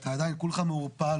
אתה עדיין כולך מעורפל,